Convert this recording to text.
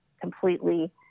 completely